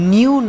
New